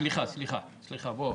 סליחה, בוא.